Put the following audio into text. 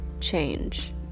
change